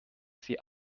sie